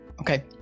Okay